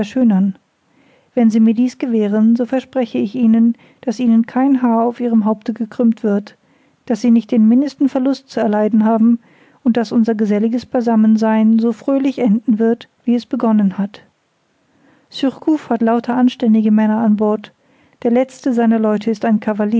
wenn sie mir dies gewähren so verspreche ich ihnen daß ihnen kein haar auf ihrem haupte gekrümmt wird daß sie nicht den mindesten verlust zu erleiden haben und daß unser geselliges beisammensein so fröhlich enden wird wie es begonnen hat surcouf hat lauter anständige männer an bord der letzte seiner leute ist ein